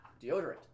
deodorant